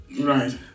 Right